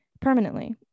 permanently